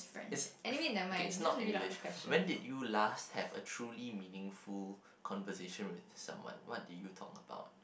is is okay is not English when did you last have a truly meaningful conversation with someone what did you talk about